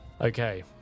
okay